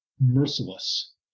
merciless